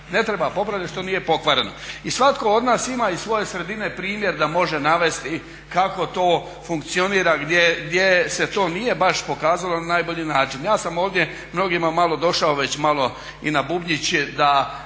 Ne treba popravljati što nije pokvareno. I svatko od nas ima iz svoje sredine primjer da može navesti kako to funkcionira, gdje se to nije baš pokazalo na najbolji način. Ja sam ovdje mnogima malo došao već malo i na bubnjić da